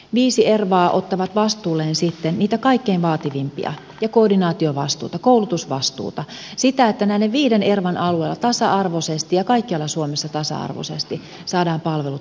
viisi ervaa ottavat vastuulleen sitten niitä kaikkein vaativimpia tehtäviä ja koordinaatiovastuuta koulutusvastuuta siten että näiden viiden ervan alueella tasa arvoisesti ja kaikkialla suomessa tasa arvoisesti saadaan palvelut turvattua